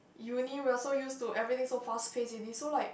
uni we are so used to everything so fast pace already so like